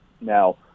Now